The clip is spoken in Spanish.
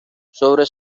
sobre